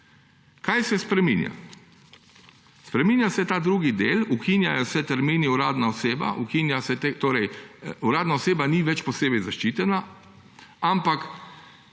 Kaj se spreminja? Spreminja se ta drugi del, ukinjajo se tęrmini uradna oseba. Torej uradna oseba ni več posebej zaščitena, ampak